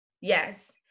yes